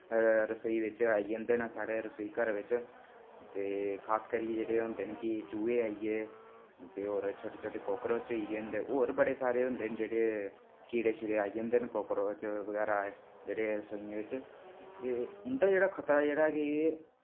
रसोई बिच आई जंदे न साढ़ी रसोई घरै बिच ते खास करियै एह् होंदे न कि चूहे आई गे ते छोटे छोटे काक्रोच होई गे न ते होर बड़े सारे होंदे न जेह्ड़े कीड़े आई जंदे न काक्रोच बगैरा जेह्ड़े रसोइयें बिच ते उंदा जेह्ड़ा खतरा जेह्ड़ा कि